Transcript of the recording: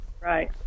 Right